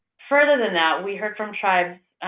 further that and that, we heard from tribes